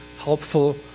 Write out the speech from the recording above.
helpful